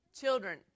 Children